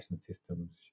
systems